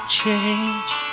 change